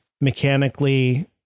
mechanically